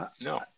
No